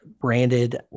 branded